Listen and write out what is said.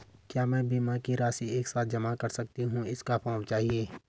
क्या मैं बीमा की राशि एक साथ जमा कर सकती हूँ इसका फॉर्म चाहिए?